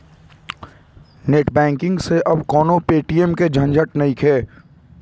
net banking से अब कवनो पेटीएम के झंझट नइखे